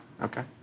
okay